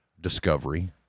discovery